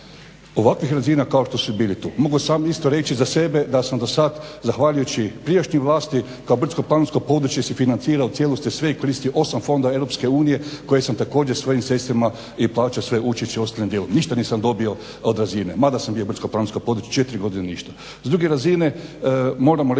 Ovakvih razina kao što su bili tu mogu samo isto reći za sebe da sam do sad zahvaljujući prijašnjoj vlasti kao brdsko-planinsko područje se financirao …/Govornik se ne razumije./… i koristi 8 fondova EU koje sam također svojim sredstvima i plaćao svoje učešće u ostalom dijelu. Ništa nisam dobio od razine, mada sam bio brdsko-planinsko područje, 4 godine ništa.